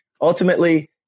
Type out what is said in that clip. ultimately